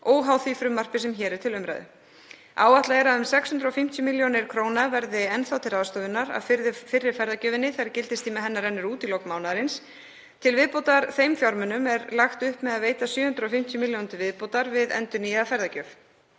óháð því frumvarpi sem hér er til umræðu. Áætlað er að um 650 millj. kr. verði enn þá til ráðstöfunar af fyrri ferðagjöfinni þegar gildistími hennar rennur út í lok mánaðarins. Til viðbótar þeim fjármunum er lagt upp með að veita 750 milljónir til viðbótar í endurnýjaða ferðagjöf.